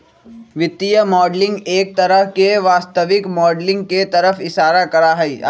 वित्तीय मॉडलिंग एक तरह से वास्तविक माडलिंग के तरफ इशारा करा हई